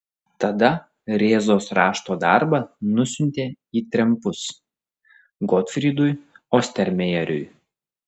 tada rėzos rašto darbą nusiuntė į trempus gotfrydui ostermejeriui